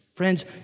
Friends